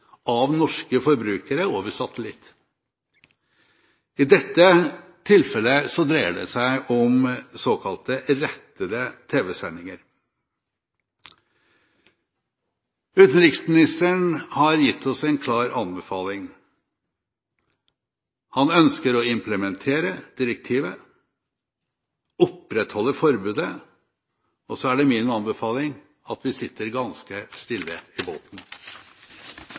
av norske forbrukere over satellitt. I dette tilfellet dreier det seg om såkalt rettede tv-sendinger. Utenriksministeren har gitt oss en klar anbefaling. Han ønsker å implementere direktivet og opprettholde forbudet. Så er det min anbefaling at vi sitter ganske stille i båten.